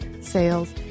sales